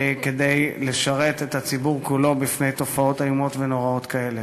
כדי לשרת את הציבור כולו בפני תופעות איומות ונוראות כאלה.